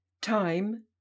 Time